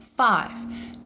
Five